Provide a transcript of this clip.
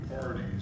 parties